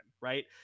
Right